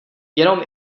jenom